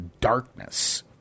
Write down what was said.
darkness